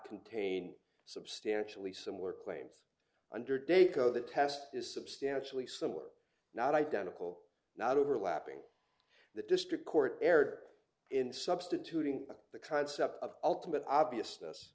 contain substantially similar claims under date though the test is substantially similar not identical not overlapping the district court erred in substituting the concept of ultimate obvious